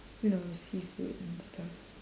you know seafood and stuff